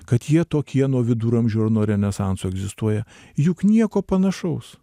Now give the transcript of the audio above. kad jie tokie nuo viduramžių ar nuo renesanso egzistuoja juk nieko panašaus